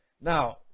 Now